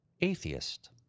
atheist